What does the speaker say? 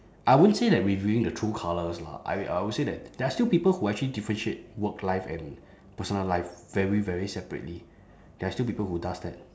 I won't say that revealing the true colours lah I I will say that there are still people who actually differentiate work life and personal life very very separately there are still people who does that